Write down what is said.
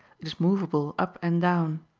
it is movable up and down.